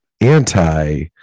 anti-